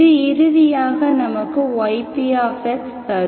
இது இறுதியாக நமக்கு ypx தரும்